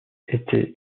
était